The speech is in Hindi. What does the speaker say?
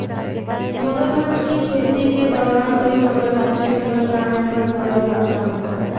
मगरमच्छ की खेती के दौरान कई मगरमच्छ के मर जाने पर भारी नुकसान होता है